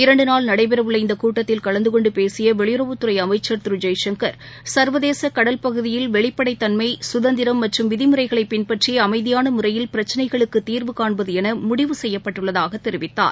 இரண்டு நாள் நடைபெறும் இந்தக் கூட்டத்தில் கலந்து கொண்டு பேசிய வெளியுறவுத் துறை அமைச்சர் திரு ஜெய்சங்கர் சர்வதேச கடல் பகுதியில் வெளிப்படைத்தன்மை கதந்திரம் மற்றும் விதிமுறைகளை பின்பற்றி அமைதியான முறையில் பிரச்சினைகளுக்கு தீர்வு காண்பது என முடிவு செய்யப்பட்டுள்ளதாக தெரிவித்தார்